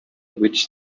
which